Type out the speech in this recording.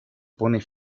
pone